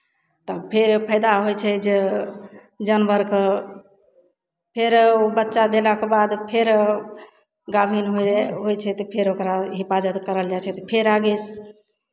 तब फेर फायदा होइ छै जे जानवरकेँ फेर बच्चा देलाके बाद फेर गाभिन होइ जाइ होइ छै तऽ फेर ओकरा हिफाजत करल जाइ छै तऽ फेर आगे